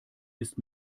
ist